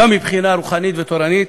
גם מבחינה רוחנית ותורנית,